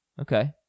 Okay